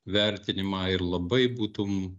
vertinimą ir labai būtum